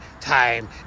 Time